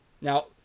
Now